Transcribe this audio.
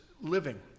living